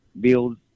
build